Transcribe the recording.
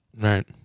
Right